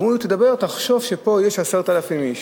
ואמרו לי: תחשוב שפה יש 10,000 איש,